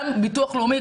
גם ביטוח לאומי,